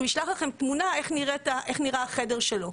שהוא ישלח לכם תמונה איך נראה החדר שלו.